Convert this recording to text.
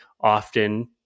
often